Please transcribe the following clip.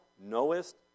knowest